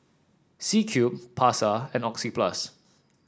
C Cube Pasar and Oxyplus